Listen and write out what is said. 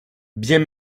bien